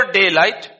daylight